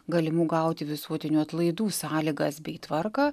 galimų gauti visuotinių atlaidų sąlygas bei tvarką